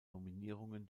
nominierungen